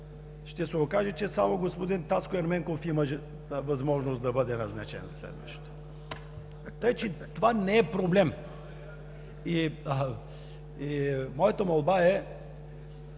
ще се окаже, че само господин Таско Ерменков има възможност да бъде назначен за следващия. Така че това не е проблем. Моята молба е: